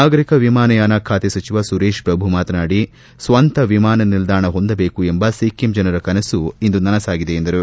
ನಾಗರಿಕ ವಿಮಾನಯಾನ ಖಾತೆ ಸಚಿವ ಸುರೇಶ್ ಪ್ರಭು ಮಾತನಾಡಿ ಸ್ವಂತ ವಿಮಾನ ನಿಲ್ದಾಣ ಹೊಂದಬೇಕು ಎಂಬ ಸಿಕ್ಕಿಂ ಜನರ ಕನಸು ಇಂದು ನನಸಾಗಿದೆ ಎಂದರು